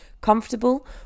comfortable